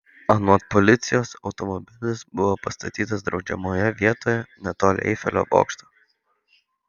anot policijos automobilis buvo pastatytas draudžiamoje vietoje netoli eifelio bokšto